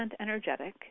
energetic